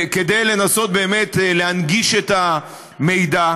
כדי לנסות באמת להנגיש את המידע.